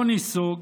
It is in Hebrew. לא ניסוג